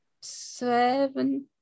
seven